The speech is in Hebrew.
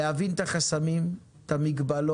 להביא את החסמים, את המגבלות,